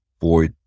boy